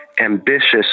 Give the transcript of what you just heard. ambitious